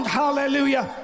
hallelujah